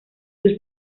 sus